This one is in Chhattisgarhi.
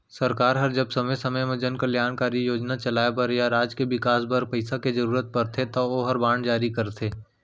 सरकार ह जब समे समे जन कल्यानकारी योजना चलाय बर या राज के बिकास करे बर पइसा के जरूरत परथे तौ ओहर बांड जारी करथे